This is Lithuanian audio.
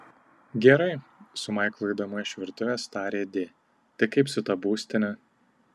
gerai su maiklu eidama iš virtuvės tarė di tai kaip su ta būstine